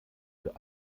für